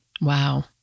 Wow